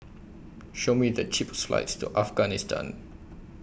Show Me The cheapest flights to Afghanistan